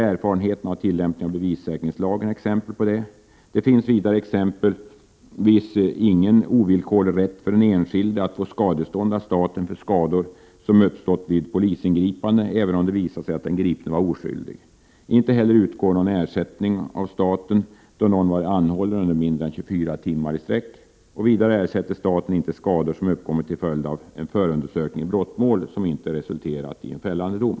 Erfarenheten av tillämpningen av bevissäkringslagen ger bl.a. exempel på detta. Det finns vidare exempelvis ingen ovillkorlig rätt för den enskilde att få skadestånd av staten för skador som uppstått vid polisingripande, även om det visar sig att den gripne varit oskyldig. Inte heller utgår någon ersättning från staten då någon varit anhållen under mindre än 24 timmar i sträck. Vidare ersätter staten inte skador som uppkommit till följd av en förundersökning i brottmål som inte har resulterat Prot. 1988/89:30 i en fällande dom.